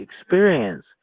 experience